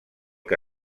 que